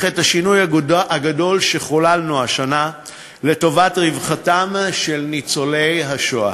את השינוי הגדול שחוללנו השנה לטובת רווחתם של ניצולי השואה.